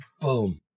Boom